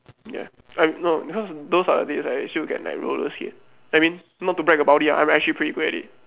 ya I no cause those are the days right still can like roller skate I mean not to brag about it ah I'm actually pretty good at it